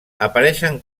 apareixen